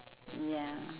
ya